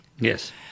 Yes